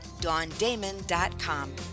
DawnDamon.com